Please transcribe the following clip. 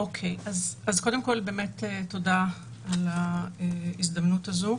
אז קודם כל, באמת תודה על ההזדמנות הזו.